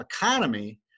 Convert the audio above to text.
economy